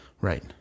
Right